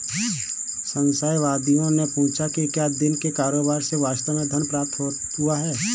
संशयवादियों ने पूछा कि क्या दिन के कारोबार से वास्तव में धन प्राप्त हुआ है